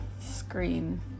screen